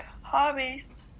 hobbies